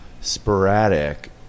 sporadic